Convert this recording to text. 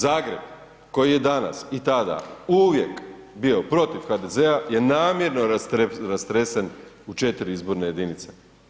Zagreb, koji je danas i tada uvijek bio protiv HDZ-a je namjerno rastresen u 4 izborne jedinice.